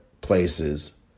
places